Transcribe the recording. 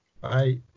Bye